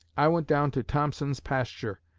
i went down to thompson's pasture.